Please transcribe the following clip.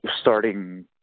starting